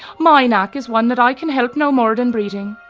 my knack is one that i can help no more than breathing,